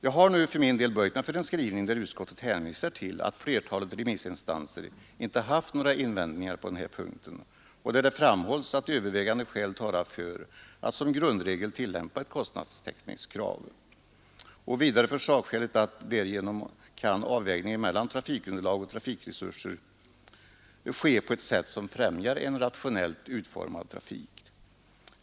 Jag har ju för min del böjt mig för en skrivning, där utskottet hänvisar till att flertalet remissinstanser inte haft några invändningar på den här punkten och där det framhålls att övervägande skäl talar för att som grundregel tillämpas ett kostnadstäckningskrav, och vidare för sakskälen att avvägningen mellan trafikunderlag och trafikresurser därigenom kan ske på ett sätt som främjar en rationellt utformad trafik.